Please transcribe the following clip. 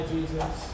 Jesus